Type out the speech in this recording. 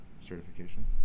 certification